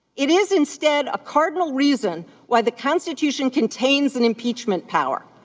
it is instead a cardinal reason why the constitution contains an impeachment power.